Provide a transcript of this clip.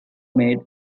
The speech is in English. made